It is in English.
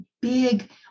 big